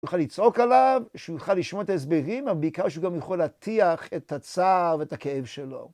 שיוכל לצעוק עליו, שיוכל לשמוע את ההסברים, אבל בעיקר שהוא גם יכול להטיח את הצער ואת הכאב שלו.